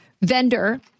vendor